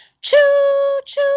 Choo-choo